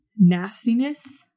nastiness